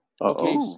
Okay